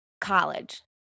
college